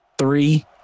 Three